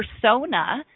persona